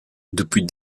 depuis